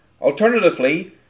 Alternatively